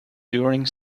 during